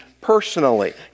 personally